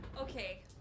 Okay